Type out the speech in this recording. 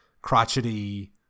crotchety